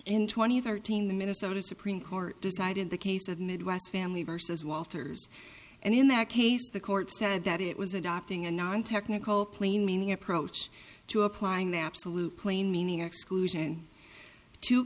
in twenty of our team the minnesota supreme court decided the case of midwest family versus walters and in that case the court said that it was adopting a non technical plain meaning approach to applying the absolute plain meaning exclusion to